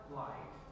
light